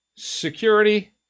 Security